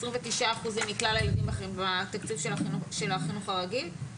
ו-29% מכלל הילדים בתקציב של החינוך הרגיל?